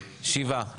שבעה.